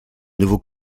nouveaux